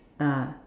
ah